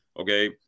okay